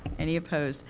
any opposed?